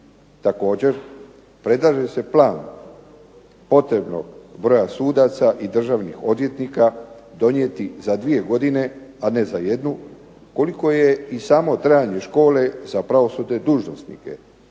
Također predlaže se plan potrebnog broja sudaca i državnih odvjetnika donijeti za dvije godine, a ne za jednu, koliko je i samo trajanje škole za pravosudne dužnosnike,